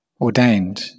ordained